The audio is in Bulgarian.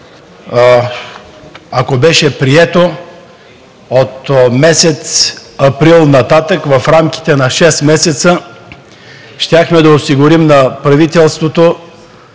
беше прието, от месец април нататък в рамките на 6 месеца щяхме да осигурим на правителството